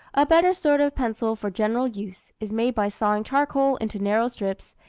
a better sort of pencil for general use is made by sawing charcoal into narrow strips,